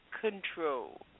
control